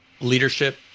leadership